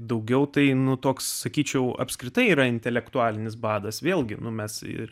daugiau tai nu toks sakyčiau apskritai yra intelektualinis badas vėlgi nu mes ir